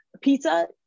pizza